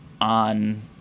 on